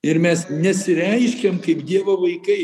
ir mes nesireiškiam kaip dievo vaikai